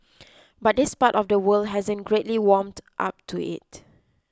but this part of the world hasn't greatly warmed up to it